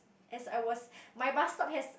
as I was my bus stop has